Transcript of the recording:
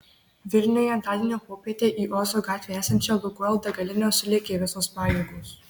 vilniuje antradienio popietę į ozo gatvėje esančią lukoil degalinę sulėkė visos pajėgos